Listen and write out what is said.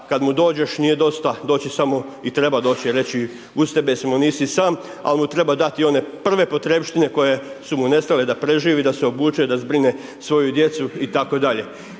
kad mu dođeš nije dosta doći samo, i treba doći i reći uz tebe smo, nisi sam, ali mu treba dati i one prve potrepštine koje su mu nestale da preživi, da se obuče, da zbrine svoju djecu itd.